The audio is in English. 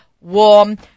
warm